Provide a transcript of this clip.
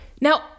Now